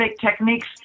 techniques